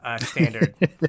standard